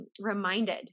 reminded